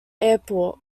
airport